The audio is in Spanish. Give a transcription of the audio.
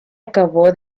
acabó